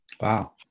Wow